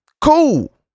cool